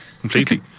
completely